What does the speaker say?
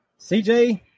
CJ